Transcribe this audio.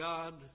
God